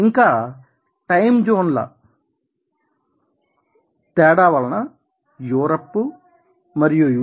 ఇంకా time zone ల తేడా వలన యూరప్ మరియు యు